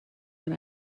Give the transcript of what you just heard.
when